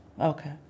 Okay